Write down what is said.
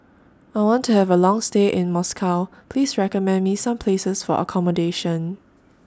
I want to Have A Long stay in Moscow Please recommend Me Some Places For accommodation